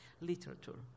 literature